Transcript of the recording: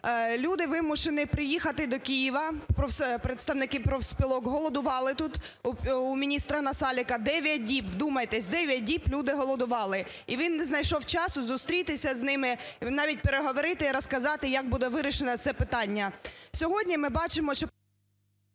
Люди вимушені приїхати до Києва, представники профспілок голодували тут, у міністра Насалика, 9 діб. Вдумайтесь, 9 діб люди голодували - і він не знайшов часу зустрітися з ними, навіть переговорити і розказати, як буде вирішено це питання. Сьогодні ми бачимо, що…